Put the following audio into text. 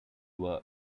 work